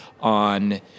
on